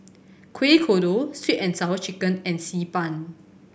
Kueh Kodok Sweet And Sour Chicken and Xi Ban